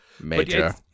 Major